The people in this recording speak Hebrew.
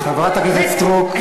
חברת הכנסת סטרוק,